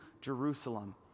Jerusalem